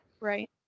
Right